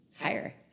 higher